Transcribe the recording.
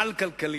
העל-כלכלי,